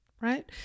right